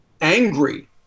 angry